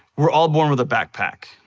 we're all born with a backpack.